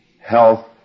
health